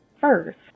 first